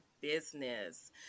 business